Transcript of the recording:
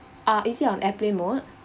uh is it on airplane mode